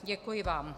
Děkuji vám.